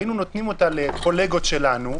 היינו נותנים אותה לקולגות שלנו,